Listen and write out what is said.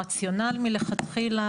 הרציונל מלכתחילה,